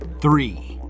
three